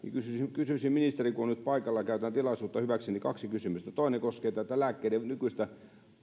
kun ministeri on nyt paikalla käytän tilaisuutta hyväkseni ja kysyisin kaksi kysymystä toinen koskee tätä lääkkeiden nykyistä